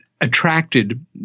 attracted